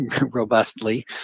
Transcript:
robustly